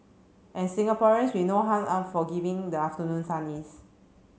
and Singaporeans we know how unforgiving the afternoon sun is